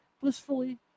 blissfully